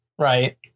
right